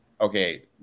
okay